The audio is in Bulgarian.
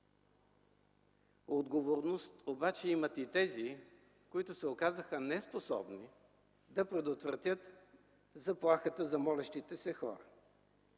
Отговорност обаче имат и тези, които се оказаха неспособни да предотвратят заплахата за молещите се хора.